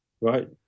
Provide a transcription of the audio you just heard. right